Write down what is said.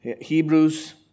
Hebrews